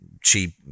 cheap